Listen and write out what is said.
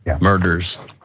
murders